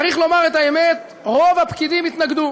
צריך לומר את האמת: רוב הפקידים התנגדו.